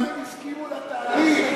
האם הם הסכימו לתהליך?